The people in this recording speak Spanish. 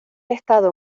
estado